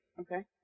okay